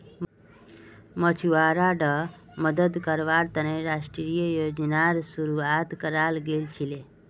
मछुवाराड मदद कावार तने राष्ट्रीय योजनार शुरुआत कराल गेल छीले